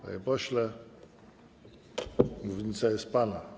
Panie pośle, mównica jest pana.